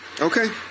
Okay